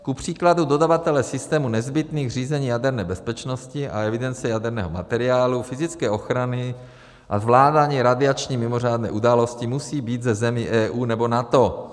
Kupříkladu dodavatelé systémů nezbytných k řízení jaderné bezpečnosti a evidence jaderného materiálu, fyzické ochrany a zvládání radiační mimořádné události musí být ze zemí EU nebo NATO.